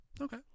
Okay